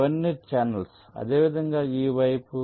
ఇవన్నీ ఛానెల్స్ అదేవిధంగా ఈ వైపు